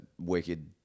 wicked